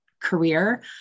career